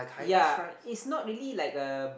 yea it's not really like a